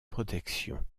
protection